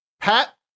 pat